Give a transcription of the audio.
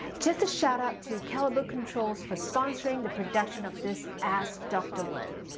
just a shout out to calibre control for sponsoring the production of this ask dr. lin.